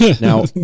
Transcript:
now